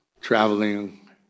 traveling